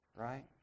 right